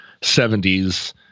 70s